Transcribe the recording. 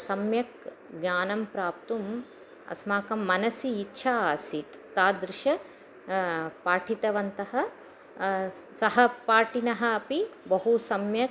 सम्यक् ज्ञानं प्राप्तुम् अस्माकं मनसि इच्छा आसीत् तादृशं पाठितवन्तः सहपाठिनः अपि बहु सम्यक्